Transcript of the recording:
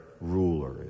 ruler